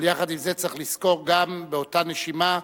יחד עם זה, צריך לזכור גם, באותה נשימה,